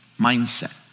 Mindset